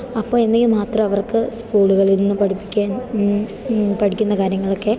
അപ്പം എന്നെങ്കിൽ മാത്രമേ അവർക്ക് സ്കൂളുകളിൽനിന്ന് പഠിപ്പിക്കാൻ പഠിക്കുന്ന കാര്യങ്ങളൊക്കെ